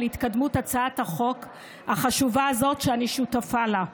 התקדמות הצעת החוק החשובה הזאת שאני שותפה לה.